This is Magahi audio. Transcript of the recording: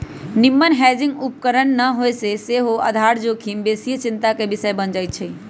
निम्मन हेजिंग उपकरण न होय से सेहो आधार जोखिम बेशीये चिंता के विषय बन जाइ छइ